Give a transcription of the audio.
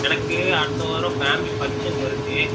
எனக்கு அடுத்த வாரம் ஃபேமிலி ஃபங்க்ஷன் வருது